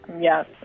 yes